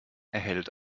erhält